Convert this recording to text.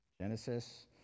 Genesis